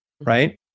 Right